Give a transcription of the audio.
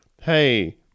hey